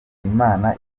imana